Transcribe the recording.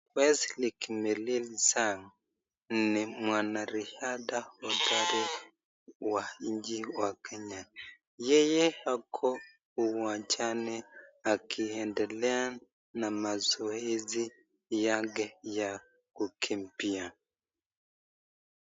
Wesley Kimeli Sang ni mwanariadha hodari wa nchi ya kenya, yeye ako wanjani akiendelea na mazoezi yake ya kukimbia.